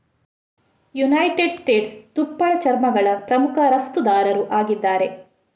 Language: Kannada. ಯುನೈಟೆಡ್ ಸ್ಟೇಟ್ಸ್ ತುಪ್ಪಳ ಚರ್ಮಗಳ ಪ್ರಮುಖ ರಫ್ತುದಾರರು ಆಗಿದ್ದಾರೆ